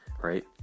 right